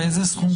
על איזה סכום?